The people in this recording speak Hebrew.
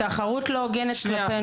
נמצא איתנו